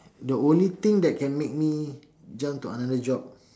the only thing that can make me jump to another job